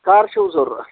کَر چھُو ضروٗرت